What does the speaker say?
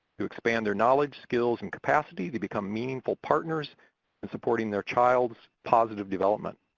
to expand their knowledge, skills, and capacity to become meaningful partners and supporting their child's positive development.